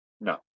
No